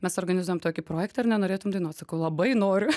mes organizuojam tokį projektą ar nenorėtum dainuot sakau labai noriu